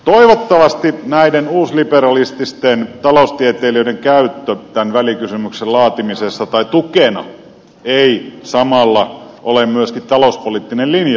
toivottavasti näiden uusliberalististen taloustieteilijöiden käyttö tämän välikysymyksen laatimisessa tai tukena ei samalla ole myös talouspoliittinen linjaus perussuomalaisilta